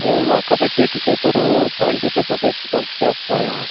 एवं वा कब्बड्डि कृते तु सवेण्टि प्लस् अपेक्षितं स्यात् प्रायः